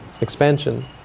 expansion